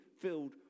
filled